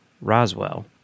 Roswell